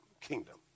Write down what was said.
kingdom